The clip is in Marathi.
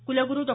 कुलगुरु डॉ